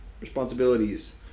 responsibilities